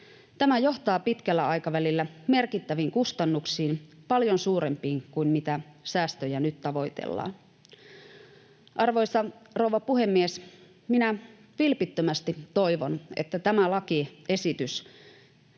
Tämä johtaa pitkällä aikavälillä merkittäviin kustannuksiin, paljon suurempiin kuin mitä säästöjä nyt tavoitellaan. Arvoisa rouva puhemies! Minä vilpittömästi toivon, että tämä lakiesitys